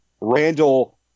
Randall